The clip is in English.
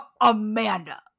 Amanda